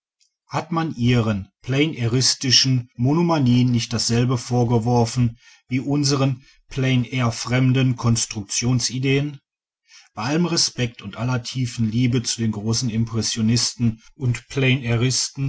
hat man ihren pleinairistischen monomanien nicht dasselbe vorgeworfen wie unsern pleinairfremden konstruktionsideen bei allem respekt und aller tiefen liebe zu den großen impressionisten und